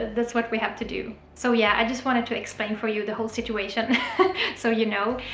that's what we have to do. so yeah, i just wanted to explain for you the whole situation so, you know,